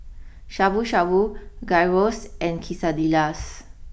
Shabu Shabu Gyros and Quesadillas